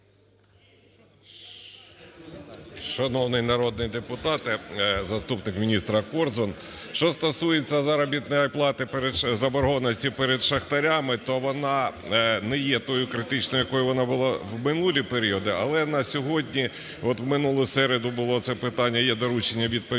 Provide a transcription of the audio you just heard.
Шановні народні депутати, заступник міністра Корзун. Що стосується заробітної плати перед… заборгованості перед шахтарями, то вона не є тою критичною, якою вона була в минулі періоди. Але на сьогодні, от в минулу середу було це питання, є доручення відповідне